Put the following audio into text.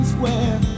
Square